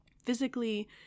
Physically